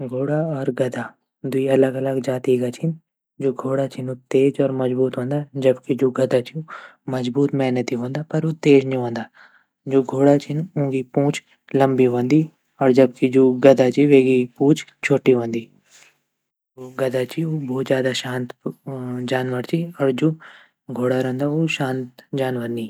घोड़ा और ज़ेबरा म सबसे पहलू अंतर त ऊँगा रंग म ची जू घोड़ा वोंदा ऊ अलग अलग कलर ची जने भूरु वेगी काऊ वेगी और सफ़ेद वेगी और जबकि जू ज़ेबरा ची ऊँगू योकि कलर वंदु सफ़ेद और काई धारी धारी वाउ कलर वंदु जू दुसरू अंतर यू ची की जू ज़ेबरा वंदा ऊ जंगली वंदा और जू घोड़ा छीन ऊ इंसानु दगड़ी रौंदा।